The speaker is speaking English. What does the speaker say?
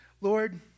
Lord